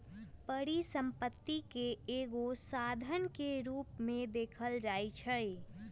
परिसम्पत्ति के एगो साधन के रूप में देखल जाइछइ